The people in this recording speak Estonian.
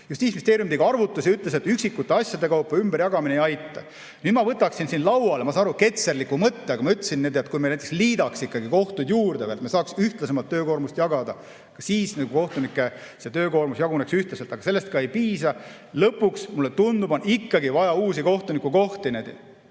Justiitsministeerium tegi arvutuse ja ütles, et üksikute asjade kaupa ümberjagamine ei aita. Nüüd ma võtaksin lauale, ma saan aru, ketserliku mõtte, aga ma ütlesin, et kui me näiteks liidaks kohtuid juurde, et me saaks ühtlasemalt töökoormust jagada, siis kohtunike töökoormus jaguneks ühtlaselt. Aga sellest ei piisa. Lõpuks, mulle tundub, on ikkagi vaja uusi kohtunikukohti.